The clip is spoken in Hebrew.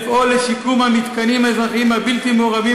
לפעול לשיקום המתקנים האזרחיים הבלתי-מעורבים